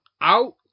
out